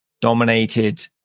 dominated